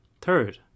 Third